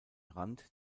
rand